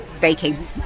baking